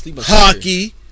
Hockey